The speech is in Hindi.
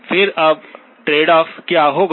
फिर अब ट्रेड ऑफ क्या होगा